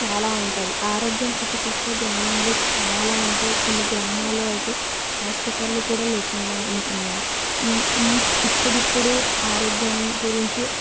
చాలా ఉంటుంది ఆరోగ్యం స్థితికి వస్తే గ్రామంలో చాలా అంటే కొన్ని గ్రామాల్లో అయితే హాస్పిటళ్ళు కూడా లేకుండా ఉంటున్నాయి ఈ ఈ ఇప్పుడిప్పుడు ఆరోగ్యం గురించి